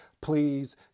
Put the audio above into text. please